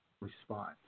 response